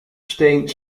steen